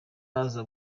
aza